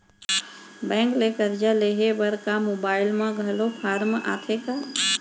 Bank ले करजा लेहे बर का मोबाइल म घलो फार्म आथे का?